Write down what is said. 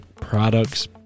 products